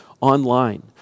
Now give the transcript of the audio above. online